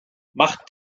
macht